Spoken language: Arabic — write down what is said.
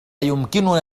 يمكننا